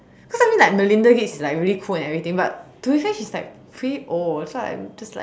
cause I mean like Melinda Gates is like really cool and everything but do you think she's like pretty old so I'm just like